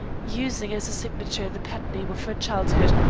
using as a signature the pet name of her childhood,